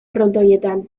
frontoietan